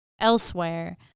elsewhere